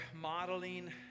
modeling